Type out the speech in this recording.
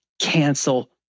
cancel